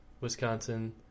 Wisconsin